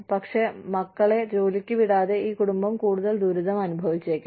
പക്ഷേ മക്കളെ ജോലിക്ക് വിടാതെ ഈ കുടുംബം കൂടുതൽ ദുരിതം അനുഭവിച്ചേക്കാം